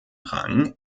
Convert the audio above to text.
rang